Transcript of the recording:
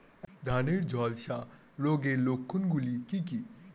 ধানের ঝলসা রোগের লক্ষণগুলি কি কি?